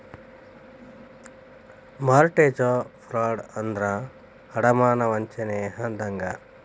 mortgage fraud ಅಂದ್ರ ಅಡಮಾನ ವಂಚನೆ ಅಂದಂಗ